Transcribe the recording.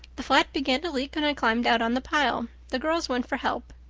the flat began to leak and i climbed out on the pile. the girls went for help.